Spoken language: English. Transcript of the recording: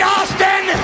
Austin